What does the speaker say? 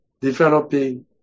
developing